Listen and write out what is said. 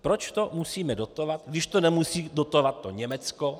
Proč to musíme dotovat, když to nemusí dotovat Německo?